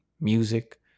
music